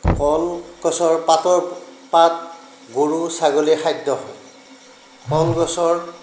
কল গছৰ পাতৰ পাত গৰু ছাগলীৰ খাদ্য হয় কল গছৰ